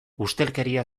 ustelkeria